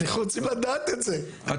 רוצים לדעת את זה,